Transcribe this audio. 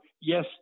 Yes